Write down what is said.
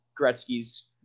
Gretzky's